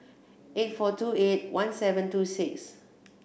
eight four two eight one seven two six